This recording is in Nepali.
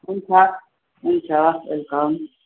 हुन्छ हुन्छ वेलकम